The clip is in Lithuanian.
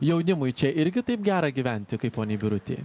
jaunimui čia irgi taip gera gyventi kaip poniai birutei